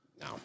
No